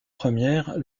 première